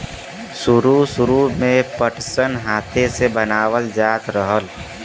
सुरु सुरु में पटसन हाथे से बनावल जात रहल